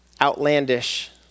outlandish